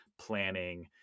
planning